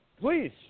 Please